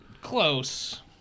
close